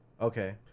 okay